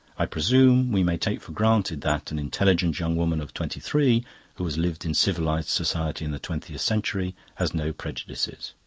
i presume we may take for granted that an intelligent young woman of twenty-three who has lived in civilised society in the twentieth century has no prejudices.